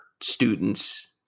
students